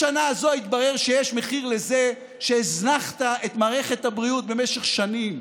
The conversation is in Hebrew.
בשנה הזאת התברר שיש מחיר לזה שהזנחת את מערכת הבריאות במשך שנים.